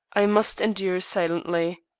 i must endure silently.